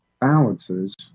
balances